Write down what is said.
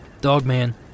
Dogman